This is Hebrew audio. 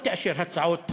לא תאשר הצעות